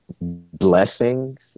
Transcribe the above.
blessings